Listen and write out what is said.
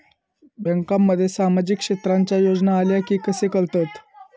बँकांमध्ये सामाजिक क्षेत्रांच्या योजना आल्या की कसे कळतत?